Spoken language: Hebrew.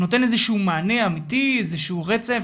הוא נותן איזשהו מענה אמיתי, איזשהו רצף?